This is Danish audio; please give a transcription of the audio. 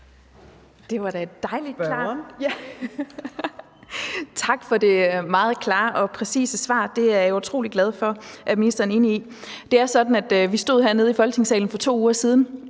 Bjerre (V): Tak for det meget klare og præcise svar. Jeg er utrolig glad for, at ministeren er enig. Det er sådan, at vi stod hernede i Folketingssalen for 2 uger siden,